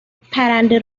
پرنده